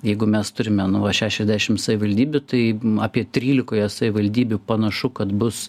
jeigu mes turime nu va šešiasdešimt savivaldybių tai apie trylikoje savivaldybių panašu kad bus